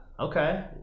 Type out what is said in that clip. Okay